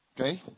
Okay